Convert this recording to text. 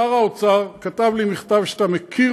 שר האוצר כתב לי מכתב, שאתה מכיר,